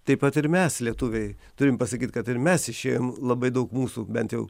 taip pat ir mes lietuviai turim pasakyt kad ir mes išėjom labai daug mūsų bent jau